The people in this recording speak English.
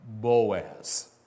Boaz